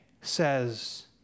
says